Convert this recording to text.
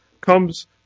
comes